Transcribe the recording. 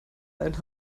eine